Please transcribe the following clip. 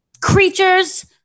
creatures